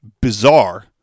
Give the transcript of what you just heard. bizarre